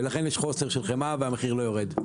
ולכן יש חוסר של חמאה והמחיר לא יורד.